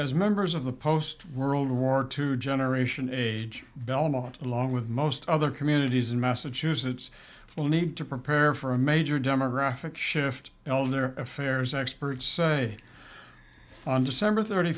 as members of the post world war two generation belmont along with most other communities in massachusetts will need to prepare for a major demographic shift now in their affairs experts say on december thirty